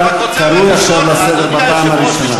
אתה קרוי עכשיו לסדר בפעם הראשונה.